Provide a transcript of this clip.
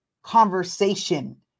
conversation